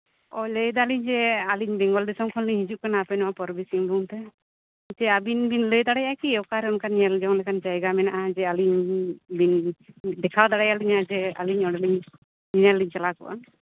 ᱚ ᱞᱟᱹᱭ ᱫᱟᱞᱤᱧ ᱡᱮ ᱟᱹᱞᱤᱧ ᱵᱮᱝᱜᱚᱞ ᱫᱤᱥᱚᱢ ᱠᱷᱚᱱᱞᱤᱧ ᱦᱤᱡᱩᱜ ᱠᱟᱱᱟ ᱟᱯᱮ ᱱᱚᱣᱟ ᱯᱩᱨᱵᱤ ᱥᱤᱝᱵᱷᱩᱢ ᱨᱮ ᱪᱮᱫ ᱟᱵᱤᱱ ᱵᱤᱱ ᱞᱟᱹᱭ ᱫᱟᱲᱮᱭᱟᱜᱼᱟ ᱡᱮ ᱚᱠᱟᱨᱮ ᱚᱱᱠᱟᱱ ᱧᱮᱞ ᱡᱚᱝ ᱞᱮᱠᱟᱱ ᱡᱟᱭᱜᱟ ᱢᱮᱱᱟᱜᱼᱟ ᱡᱮ ᱟᱹᱞᱤᱧ ᱞᱤᱧ ᱫᱮᱠᱷᱟᱣ ᱫᱟᱲᱮᱭᱟᱞᱤᱧᱟᱭ ᱡᱮ ᱟᱹᱞᱤᱧ ᱚᱸᱰᱮᱞᱤᱧ ᱧᱮᱧᱮᱞ ᱞᱤᱧ ᱪᱟᱞᱟᱣ ᱠᱚᱜᱼᱟ